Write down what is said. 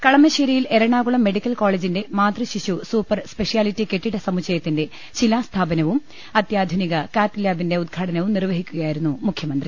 കളമശ്ശേരിയിൽ Ernakulam medical കോളജിന്റെ മാതൃശിശു super speciality കെട്ടിടസമുച്ചയത്തിന്റെ ശിലാസ്ഥാപനവും അത്യാ ധുനിക കാത്ത് ലാബിന്റെ ഉദ്ഘാടനവും നിർവ്വഹിക്കുകയായിരുന്നു മുഖ്യ മന്ത്രി